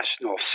national